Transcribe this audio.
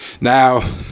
Now